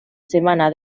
semana